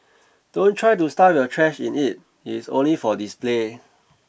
don't try to stuff your trash in it it is only for display